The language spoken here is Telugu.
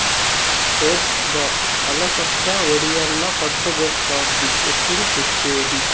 ఏం బా అలసంద వడియాల్ల పండగొస్తాంది ఎప్పుడు తెచ్చేది